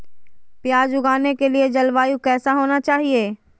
प्याज उगाने के लिए जलवायु कैसा होना चाहिए?